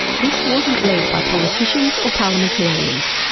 this wasn't led by politicians or parliamentarians,